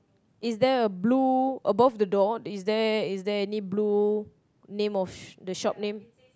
is there a blue above the door is there is there any blue name of the shop name